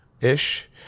ish